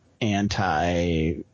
anti